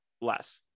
less